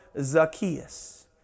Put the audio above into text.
Zacchaeus